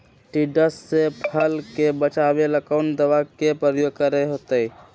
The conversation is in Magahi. टिड्डा से फसल के बचावेला कौन दावा के प्रयोग करके होतै?